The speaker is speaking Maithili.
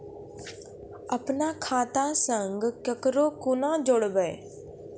अपन खाता संग ककरो कूना जोडवै?